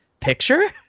picture